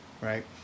right